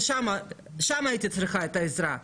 שם הייתי צריכה עזרה.